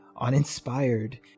uninspired